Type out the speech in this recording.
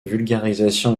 vulgarisation